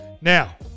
Now